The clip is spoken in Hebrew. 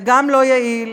זה גם לא יעיל,